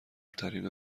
ترین